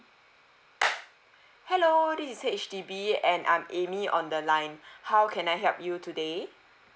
hello this is H_D_B and I'm amy on the line how can I help you today